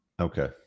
okay